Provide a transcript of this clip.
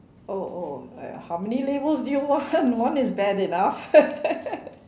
oh oh like how many labels do you want one is bad enough